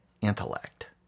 intellect